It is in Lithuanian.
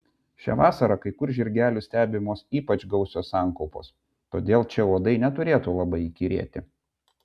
šią vasarą kai kur žirgelių stebimos ypač gausios sankaupos todėl čia uodai neturėtų labai įkyrėti